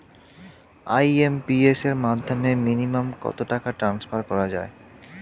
IMPS এর মাধ্যমে minimum কত টাকা ট্রান্সফার করা যায়?